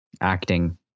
acting